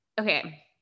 Okay